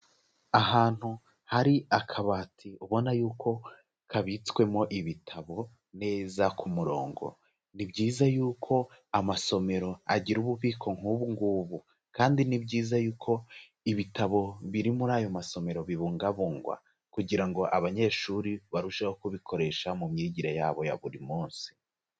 Ahantu hari akabati ubona yuko kabitswemo ibitabo neza ku murongo. Ni byiza yuko amasomero agira ububiko nk'ubungubu, kandi ni byiza yuko ibitabo biri muri ayo masomero bibungabungwa kugira ngo abanyeshuri barusheho kubikoresha mu myigire yabo ya buri munsi.